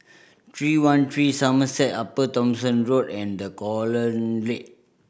Three One Three Somerset Upper Thomson Road and The Colonnade